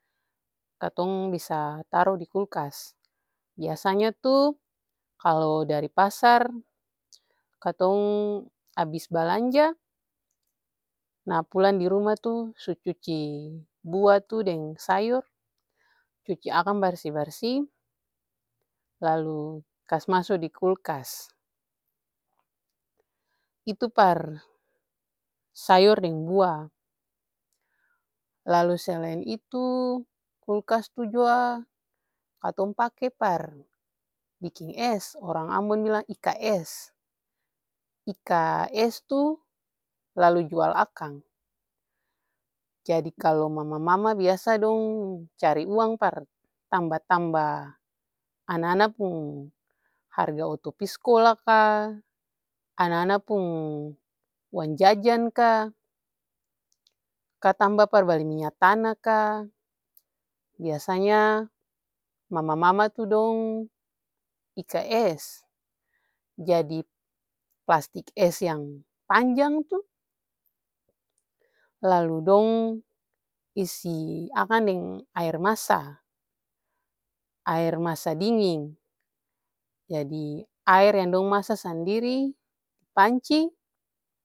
Katong bisa taru dikulkas. Biasanya tuh kalu dari pasar, katong abis balanja nah pulang diruma tuh sucuci bua tuh deng sayor, cuci akang barsi-barsi lalu kas maso dikulkas, itu par sayor deng bua. Lalu selain itu kulkas tuh jua katong pake par biking es, orang ambon bilang ika es. Ika es tuh lalu jual akang, jadi kalu mama-mama biasa dong cari uang par tamba-tamba ana-ana pung harga oto pi skola ka, ana-ana pung uang jajan ka, ka tamba par bali minya tana ka. Biasanya mama-mama tuh dong ika es, jadi plastik es yang panjang tuh lalu dong isi akang deng aer masa, aer masa dinging. Jadi aer yang dong masa sandiri dipanci.